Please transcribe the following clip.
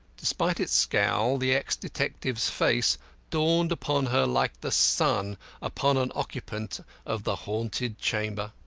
despite its scowl the ex-detective's face dawned upon her like the sun upon an occupant of the haunted chamber.